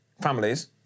families